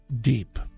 deep